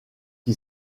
qui